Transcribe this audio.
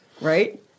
Right